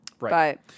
Right